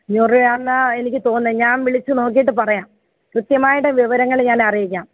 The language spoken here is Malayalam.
അഞ്ഞൂറ് രൂപയാന്നാ എനിക്ക് തോന്നുന്നത് ഞാൻ വിളിച്ച് നോക്കിട്ട് പറയാം കൃത്യമായിട്ട് വിവരങ്ങൾ ഞാൻ അറീക്കാം